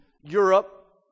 Europe